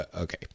Okay